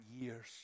years